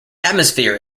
atmosphere